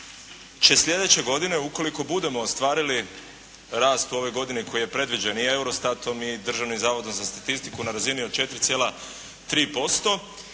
će sljedeće godine ukoliko budemo ostvarili rast u ovoj godini koji je predviđen i Eurostatom i Državnim zavodom za statistiku na razini od 4,3%